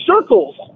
circles